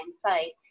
site